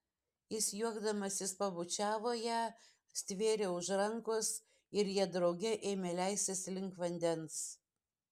jis juokdamasis pabučiavo ją stvėrė už rankos ir jie drauge ėmė leistis link vandens